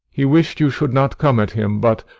he wish'd you should not come at him but,